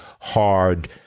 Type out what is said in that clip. hard